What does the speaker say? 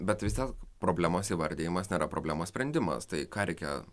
bet visas problemos įvardijimas nėra problemos sprendimas tai ką reikia